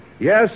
Yes